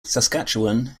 saskatchewan